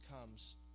comes